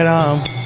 Ram